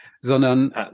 sondern